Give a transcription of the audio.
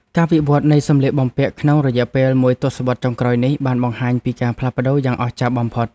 ការវិវត្តនៃសម្លៀកបំពាក់ក្នុងរយៈពេលមួយទសវត្សរ៍ចុងក្រោយនេះបានបង្ហាញពីការផ្លាស់ប្តូរយ៉ាងអស្ចារ្យបំផុត។